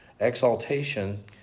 Exaltation